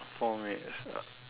four minutes